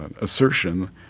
assertion